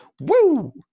woo